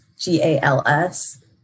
G-A-L-S